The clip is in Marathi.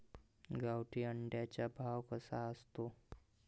गावठी अंड्याचा भाव कसा असतो?